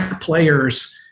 players